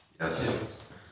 Yes